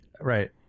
Right